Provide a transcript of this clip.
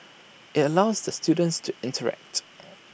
IT allows the students to interact